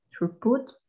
throughput